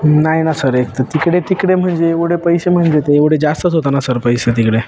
हं नाही ना सर एक तर तिकडे तिकडे म्हणजे एवढे पैसे म्हणजे ते एवढे जास्तच होता ना सर पैसे तिकडे